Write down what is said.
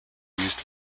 used